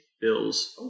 Bills